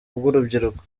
bw’urubyiruko